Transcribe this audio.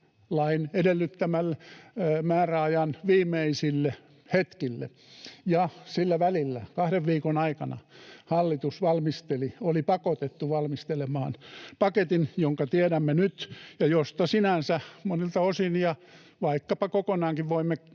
lain edellyttämän määräajan viimeisille hetkille. Sillä välillä, kahden viikon aikana, hallitus valmisteli, oli pakotettu valmistelemaan, paketin, jonka tiedämme nyt ja josta sinänsä monilta osin voimme kiittää — ja vaikkapa kokonaankin siitä,